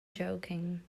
joking